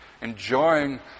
enjoying